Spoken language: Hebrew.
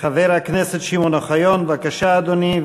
חבר הכנסת שמעון אוחיון, בבקשה, אדוני.